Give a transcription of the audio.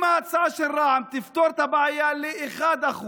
אם ההצעה של רע"מ תפתור את הבעיה ל-1%,